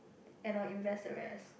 and I will invest the rest